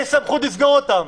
יש סמכות לסגור אותם.